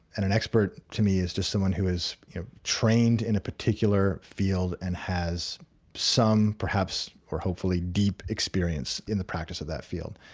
and an expert to me is, just someone who is trained in a particular field and has some perhaps, or hopefully, deep experience in the practice of that field,